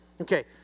Okay